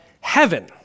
heaven